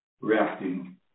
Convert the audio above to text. reacting